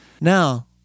Now